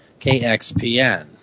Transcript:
KXPN